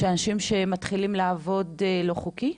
שאנשים יתחילו לעבוד באופן לא חוקי?